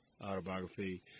autobiography